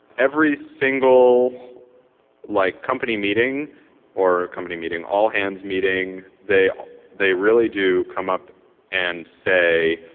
every single like company meeting or company meeting, all hands meeting, they they really do come up and say,